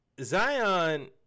Zion